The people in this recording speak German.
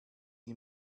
die